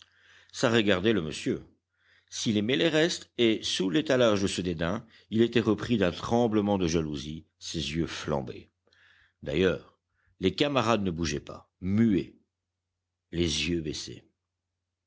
ça regardait le monsieur s'il aimait les restes et sous l'étalage de ce dédain il était repris d'un tremblement de jalousie ses yeux flambaient d'ailleurs les camarades ne bougeaient pas muets les yeux baissés